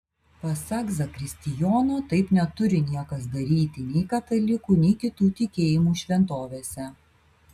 pasak zakristijono taip neturi niekas daryti nei katalikų nei kitų tikėjimų šventovėse